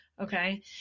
okay